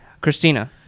Christina